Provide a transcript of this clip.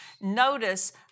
Notice